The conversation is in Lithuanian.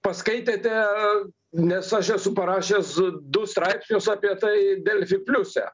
paskaitėte nes aš esu parašęs du straipsnius apie tai delfi pliuse